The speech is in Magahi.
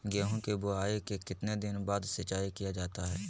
गेंहू की बोआई के कितने दिन बाद सिंचाई किया जाता है?